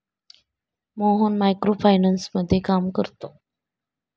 Mohan micro फायनान्समध्ये काम करतो